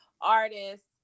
artists